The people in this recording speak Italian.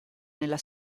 nella